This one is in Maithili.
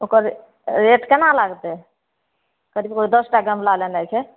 ओकर रेट केना लागतय करीब करीब दसटा गमला लेनाय छै